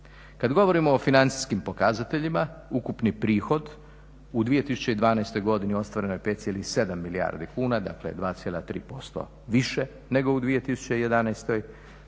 Kad govorimo o financijskim pokazateljima, ukupni prihod u 2012. godini ostvareno je 5,7 milijardi kuna, dakle 2,3% više nego u 2011., dobit